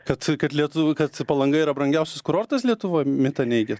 kad kad lietuvių kad palanga yra brangiausias kurortas lietuvoj mitą neigiat